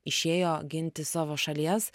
išėjo ginti savo šalies